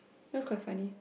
that's quite funny